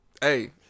Hey